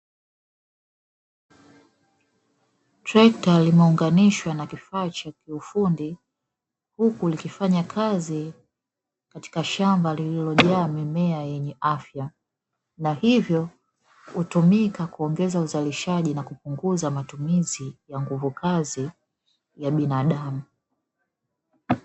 Trekta limeunganishwa na kifaa cha kiufundi huku likifanya kazi katika shamba lililojaa mimea yenye afya, na hivyo hutumika kuongeza uzalishaji na kupunguza matumizi ya nguvu kazi ya binadamu.